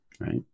Right